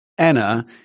Anna